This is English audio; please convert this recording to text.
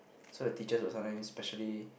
so the teachers will sometimes specially